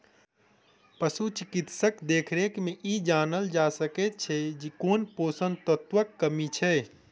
पशु चिकित्सकक देखरेख मे ई जानल जा सकैत छै जे कोन पोषण तत्वक कमी छै